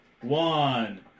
one